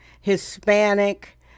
Hispanic